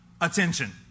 attention